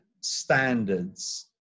standards